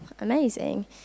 Amazing